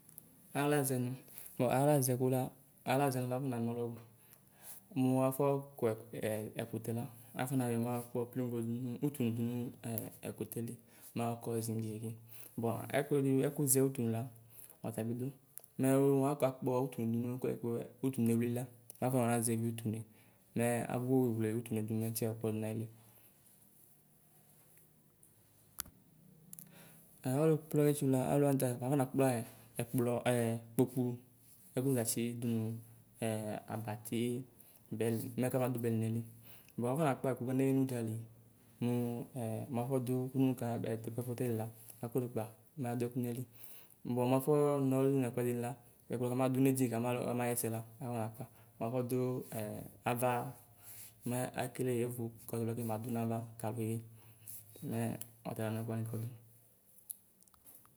Aɣlazɛnu mu aɣlazɛdula, aɣlaʒɛ afɔnanɔluɔbu. Mua afɔkɔɛkutɛ la mafɔmayɔɛ naɔkpɔ pleŋgo dunu utunudu nu nɛkuɛdi kutunɛluie la mɛafɔnayonaʒɛvi utunue mɛɛ agbugbɔwle utunuedu matsiɔɔkpɔdu nayili. Ɛɛ ɔlukpla isi la aluwanita afɔnakplaɛ ɛkplɔ ɛ kpokpu tɔgbegatsi dunu ɛɛ abatii bɛli mɛ kabadu bɛli nayili. Bua afɔnakpla ɛku beyi nudzali mu muáfɔduɛku mi kanabe ayutila makuyukpla maduɛku nayili, bua nuaƒɔɔ nɔlu du n'ɛkuɛɖila ɛdiɛ kamadu nedini kama lu kamaɣɛsɛ la afɔnaka, muafɔduu ɛ ava mɛ akele evu kɔtroplake madu nava kakeke mɛ ɔtala nɛkuwani ke.